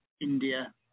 India